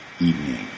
evening